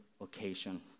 occasion